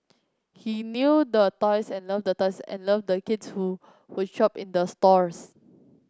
he knew the toys and loved the toys and loved the kids who would shop in the stores